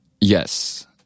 Yes